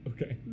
Okay